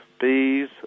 bees